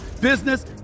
business